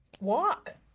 Walk